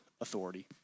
authority